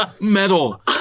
Metal